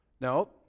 No